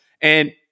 And-